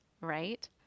right